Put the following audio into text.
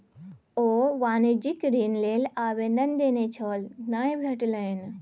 ओ वाणिज्यिक ऋण लेल आवेदन देने छल नहि भेटलनि